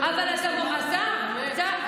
אבל עד שלא יהיה לנו אומץ לומר את האמת,